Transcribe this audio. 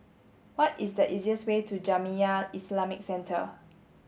what is the easiest way to Jamiyah Islamic Centre